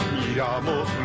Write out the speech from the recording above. miramos